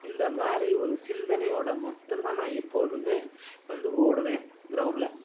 இந்த மாதிரி ஒரு சிந்தனையோடு மட்டும் தான் நான் எப்பொழுதுமே வந்து ஓடுவேன் கிரௌண்டில்